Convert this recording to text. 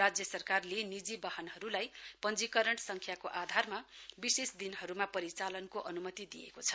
राज्य सरकारले निजी वाहनहरूलाई पंजीकरण सङ्ख्याको आधारमा विशेष दिनहरूमा परिचालनको अनुमति दिएको छ